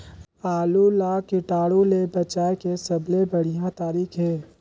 आलू ला कीटाणु ले बचाय के सबले बढ़िया तारीक हे?